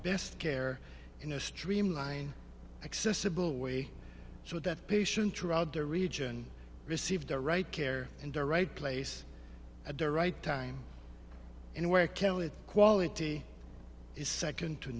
best care in a streamline accessible way so that patient throughout the region receive the right care and the right place at the right time and where kellett quality is second to